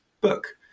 book